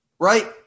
Right